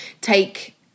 take